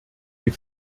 die